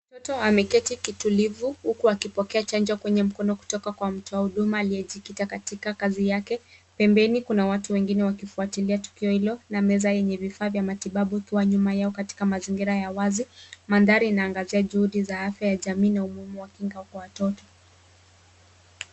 Mtoto ameketi kitulivu huku akipokea chanjo kwenye mkono kutoka kwa mtoa huduma aliyejikita katika kazi yake. Pembeni kuna watu wengine wakifuatilia tukio hilo na meza yenye vifaa vya matibabu ikiwa nyuma yao katika mazingira ya wazi. Mandhari inaangazia juhudi za afya ya jamii na umuhimu wa kinga kwa watoto.